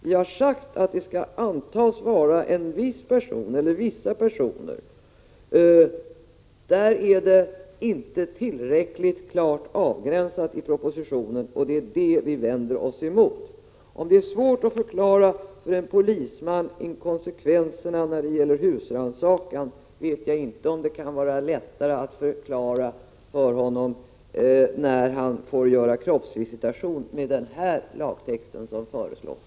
Vi har sagt att det kan antas vara ”en viss person eller vissa personer”; där är texten inte tillräckligt klart avgränsad i propositionen. Det är det vi vänder oss emot. Om det är svårt att för en polisman förklara konsekvenserna när det gäller husrannsakan, vet jag inte om det kan vara lättare att förklara för honom när han enligt den lagtext som här föreslås får göra kroppsvisitation.